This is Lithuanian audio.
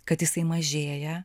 kad jisai mažėja